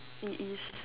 it is